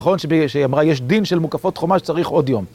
נכון שהיא אמרה יש דין של מוקפות חומה שצריך עוד יום.